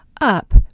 up